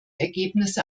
ergebnisse